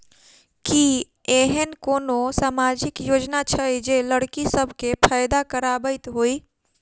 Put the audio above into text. की एहेन कोनो सामाजिक योजना छै जे लड़की सब केँ फैदा कराबैत होइ?